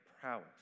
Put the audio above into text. prowess